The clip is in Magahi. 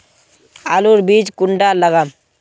आलूर बीज कुंडा लगाम?